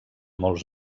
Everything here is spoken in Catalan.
molts